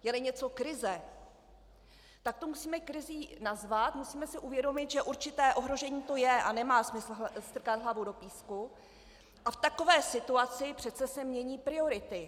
Jeli něco krize, tak to musíme krizí nazvat, musíme si uvědomit, že určité ohrožení to je a nemá smysl strkat hlavu do písku, a v takové situaci přece se mění priority.